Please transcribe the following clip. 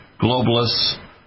globalists